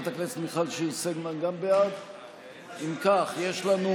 גם חברת הכנסת מיכל שיר סגמן בעד?